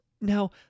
Now